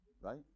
right